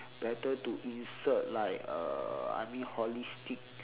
better to insert like uh I mean like holistic